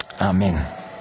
Amen